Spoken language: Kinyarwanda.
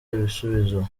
ibisubizo